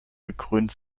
gekrönt